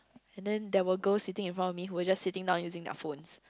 and then there were girl sitting in front of me who were just sitting down using their phones